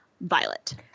Violet